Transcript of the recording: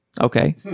Okay